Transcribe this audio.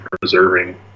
preserving